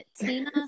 Tina